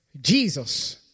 Jesus